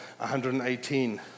118